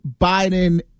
Biden